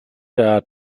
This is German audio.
der